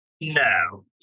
No